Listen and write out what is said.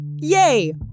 Yay